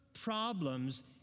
problems